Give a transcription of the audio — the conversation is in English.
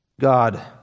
God